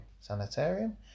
sanitarium